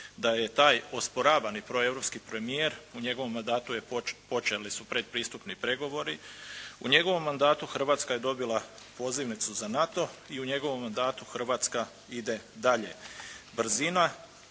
da je taj osporavni proeuropski premijer u njegovom mandatu je počeli su predpristupni pregovori, u njegovom mandatu Hrvatska je dobila pozivnicu za NATO i u njegovom mandatu Hrvatska ide dalje, brzina